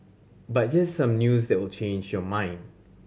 but here's some news that will change your mind